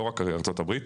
לא ארה"ב,